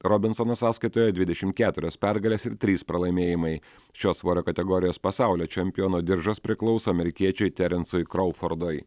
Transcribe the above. robinsono sąskaitoje dvidešimt keturios pergalės ir trys pralaimėjimai šio svorio kategorijos pasaulio čempiono diržas priklauso amerikiečiui terencui kroufordui